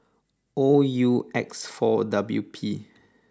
O U X four W P